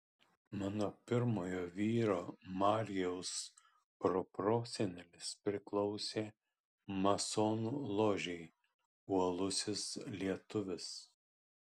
mano pirmojo vyro marijaus proprosenelis priklausė masonų ložei uolusis lietuvis